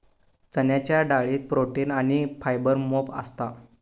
चण्याच्या डाळीत प्रोटीन आणी फायबर मोप असता